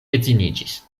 edziniĝis